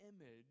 image